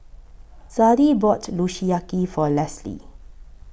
Zadie bought Kushiyaki For Lesley